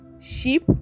sheep